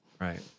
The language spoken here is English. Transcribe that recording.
right